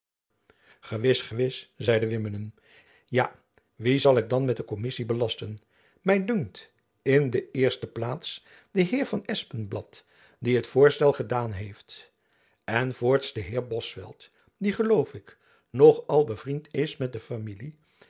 gewis gewis zeide wimmenum ja wie zal ik dan met de kommissie belasten my dunkt in de eerste plaats den heer van espenblad die t voorstel gedaan heeft en voorts den heer bosveldt die geloof ik nog al bevriend is met de familie